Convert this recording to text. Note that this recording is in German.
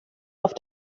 auf